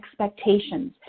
expectations